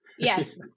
Yes